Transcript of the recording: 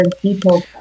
people